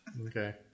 Okay